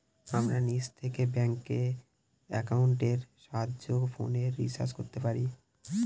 আমরা নিজে থেকে ব্যাঙ্ক একাউন্টের সাহায্যে ফোনের রিচার্জ করতে পারি